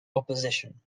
opposition